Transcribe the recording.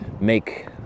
make